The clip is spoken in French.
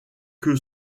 que